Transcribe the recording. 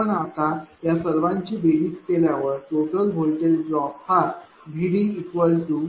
आपण आता या सर्वांची बेरीज केल्यावर टोटल व्होल्टेज ड्रॉप हा VDVDAVDBVDC1